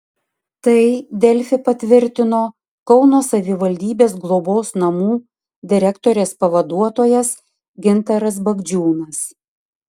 tai delfi patvirtino kauno savivaldybės globos namų direktorės pavaduotojas gintaras bagdžiūnas